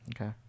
okay